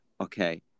okay